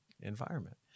environment